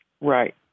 Right